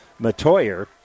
Matoyer